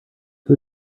who